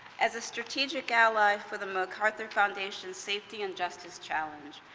as a strategic ally for the macarthur foundation safety and justice challenge,